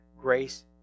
grace